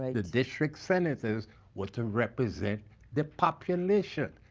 the district senators were to represent the population.